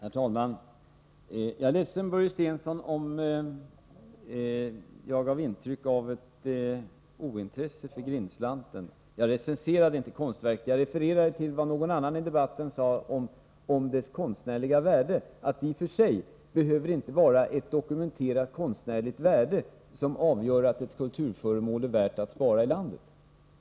Herr talman! Jag är ledsen, Börje Stensson, om jag gav intryck av ett ointresse för Grindslanten. Jag recenserade inte konstverket. Jag refererade till vad någon annan i debatten sade om dess konstnärliga värde — att det ioch för sig inte behöver vara ett dokumenterat konstnärligt värde som gör att ett kulturföremål är värt att spara i landet.